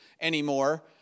anymore